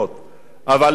אבל לצערי הרב,